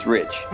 Rich